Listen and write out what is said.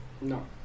no